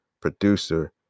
producer